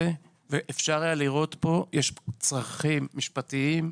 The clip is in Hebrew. ואפשר היה לראות כאן שיש צרכים משפטיים,